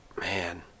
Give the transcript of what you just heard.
man